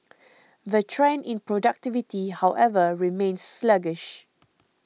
the trend in productivity however remains sluggish